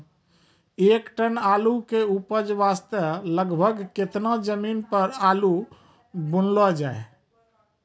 एक टन आलू के उपज वास्ते लगभग केतना जमीन पर आलू बुनलो जाय?